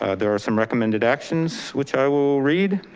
ah there are some recommended actions which i will read.